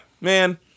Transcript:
man